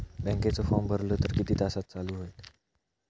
बँकेचो फार्म भरलो तर किती तासाक चालू होईत?